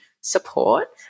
support